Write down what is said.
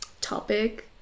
topic